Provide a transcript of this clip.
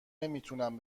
نمیتونم